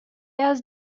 has